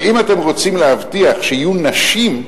אבל אם אתם רוצים להבטיח שיהיו נשים,